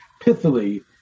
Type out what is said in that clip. pithily